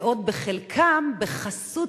ועוד בחלקן בחסות,